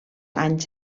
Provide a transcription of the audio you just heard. anys